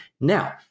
now